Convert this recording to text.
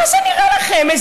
מה זה נראה לכם?